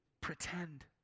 Pretend